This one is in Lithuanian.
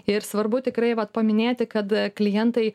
ir svarbu tikrai vat paminėti kad klientai